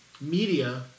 media